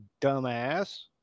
dumbass